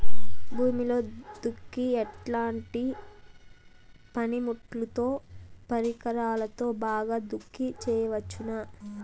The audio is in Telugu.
భూమిలో దుక్కి ఎట్లాంటి పనిముట్లుతో, పరికరాలతో బాగా దుక్కి చేయవచ్చున?